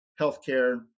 healthcare